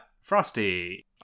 Frosty